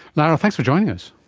lara, thanks for joining us.